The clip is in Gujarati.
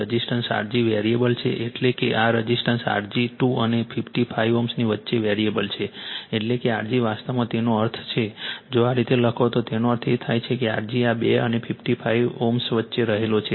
રઝિસ્ટન્સ Rg વેરીએબલ છે એટલે કે આ રઝિસ્ટન્સ Rg 2 અને 55 Ω ની વચ્ચે વેરીએબલ છે એટલે કે R g વાસ્તવમાં તેનો અર્થ છે જો આ રીતે લખો તો તેનો અર્થ એ થાય કે Rg આ 2 અને 55 Ω વચ્ચે રહેલો છે